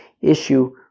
issue